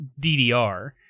DDR